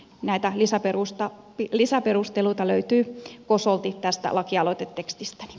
näitä lisäperusteluita löytyy kosolti tästä lakialoitetekstistäni